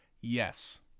Yes